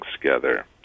together